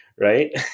right